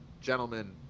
Gentlemen